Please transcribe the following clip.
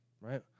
right